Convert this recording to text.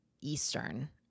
Eastern